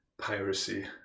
piracy